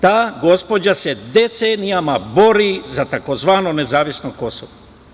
Ta gospođa se decenijama bori za tzv. nezavisno Kosovo.